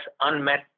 unmet